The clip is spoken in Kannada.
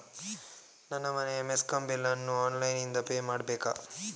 ನನ್ನ ಮನೆಯ ಮೆಸ್ಕಾಂ ಬಿಲ್ ಅನ್ನು ಆನ್ಲೈನ್ ಇಂದ ಪೇ ಮಾಡ್ಬೇಕಾ?